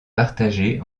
partagé